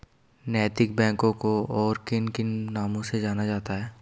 नैतिक बैंकों को और किन किन नामों से जाना जाता है?